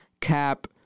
cap